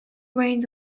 reins